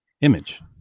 image